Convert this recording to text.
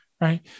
right